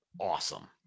Awesome